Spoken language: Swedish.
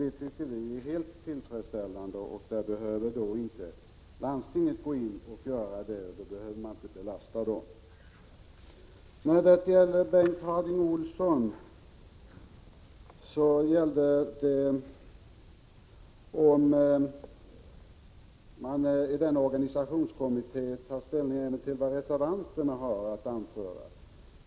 Det tycker vi är helt tillfredsställande. Då behöver man inte belasta landstingen med den här uppgiften. Bengt Harding Olson ville ha bekräftelse på att organisationskommittén kommer att ta ställning även till vad reservanterna har att anföra.